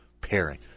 pairing